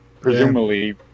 presumably